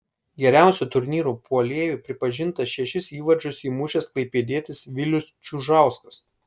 geriausiu turnyro puolėju pripažintas šešis įvarčius įmušęs klaipėdietis vilius čiužauskas